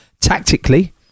Tactically